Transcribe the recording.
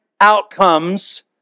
outcomes